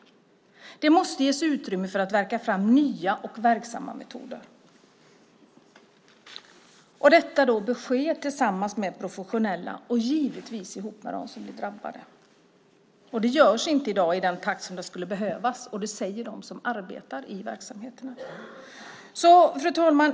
Det måste ges utrymme för att så att säga värka fram nya och verksamma metoder. Detta bör ske tillsammans med professionella och givetvis ihop med dem som är drabbade. Det görs inte i dag i den takt som skulle behövas. Detta säger de som arbetar i verksamheterna. Fru talman!